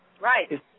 Right